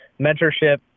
mentorship